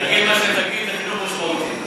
תגיד מה שתגיד, זה חינוך משמעותי.